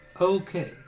Okay